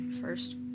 First